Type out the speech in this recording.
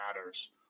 matters